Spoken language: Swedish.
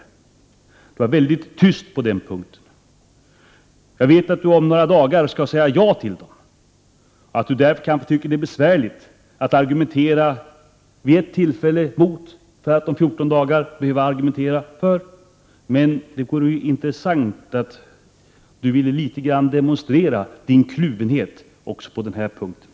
Åke Wictorsson var mycket tyst på den punkten. Vi vet ju att han om några dagar skall säga ja till höjningarna. Åke Wictorsson kanske därför tycker att det är besvärligt att nu argumentera emot, för att om 14 dagar behöva argumentera för. Det vore dock intressant om Åke Wictorsson skulle vilja demonstrera sin kluvenhet även på den här punkten.